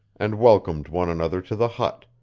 and welcomed one another to the hut,